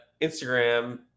Instagram